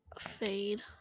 Fade